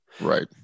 Right